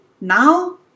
now